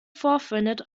vorfindet